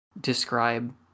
describe